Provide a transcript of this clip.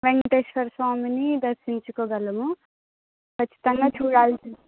వెంకటేశ్వర స్వామిని దర్శించుకోగలము ఖచ్చితంగా చూడాల్సిన